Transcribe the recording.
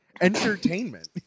entertainment